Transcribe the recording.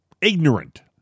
ignorant